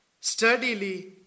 steadily